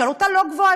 שעלותה לא גבוהה,